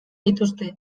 dituzte